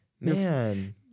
Man